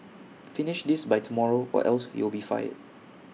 finish this by tomorrow or else you'll be fired